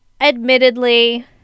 admittedly